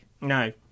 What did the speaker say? No